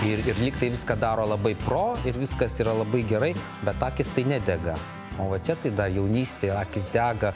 ir ir lyg tai viską daro labai pro ir viskas yra labai gerai bet akys tai nedega o va čia tai dar jaunystė akys dega